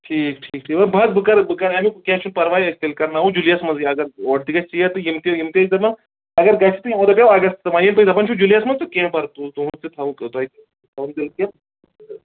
ٹھیٖک ٹھیٖک ٹھیٖک وۅنۍ بہٕ حظ بہٕ کَرٕ بہٕ کَرٕ امیُک کیٚنٛہہ چھُنہٕ پرواے تیٚلہِ کَرناوو جُلیَس منٛزٕے اگر اورٕ تہِ گژھِ ژیر تہٕ یِم تہِ یِم تہِ أسۍ دَپان اگر گژھِ تہٕ اور دَپیو اَگست وۄنۍ ییٚمہِ تُہۍ دَپان چھُ جُلیَس منٛز تہٕ کیٚنٛہہ پَرٕ تُل تُہُنٛد تہِ تھاوو تۄہہِ دِل کِنہٕ